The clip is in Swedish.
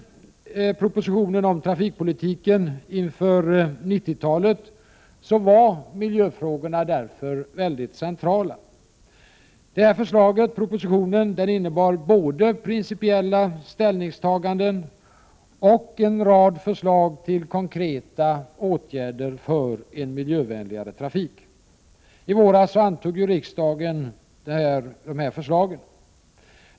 1988/89:30 om trafikpolitiken inför 1990-talet var miljöfrågorna därför centrala. Propo 23 november 1988 sitionen innebar både principiella ställningstaganden och en rad förslag till JAY roa konkreta åtgärder för en miljövänligare trafik. I våras antog ju riksdagen dessa förslag.